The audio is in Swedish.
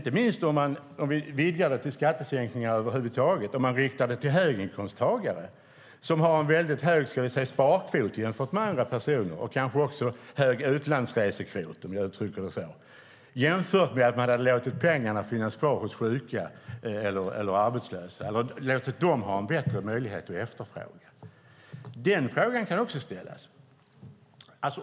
På samma sätt går det att resonera när det gäller skattesänkningar över huvud taget som man riktat till höginkomsttagare med en hög sparkvot och kanske också en hög utlandsresekvot, om jag uttrycker det så, i stället för att låta pengarna finnas kvar hos sjuka eller arbetslösa. Den frågan kan också ställas.